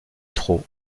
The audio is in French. trop